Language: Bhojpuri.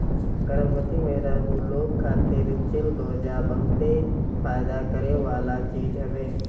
गर्भवती मेहरारू लोग खातिर चिलगोजा बहते फायदा करेवाला चीज हवे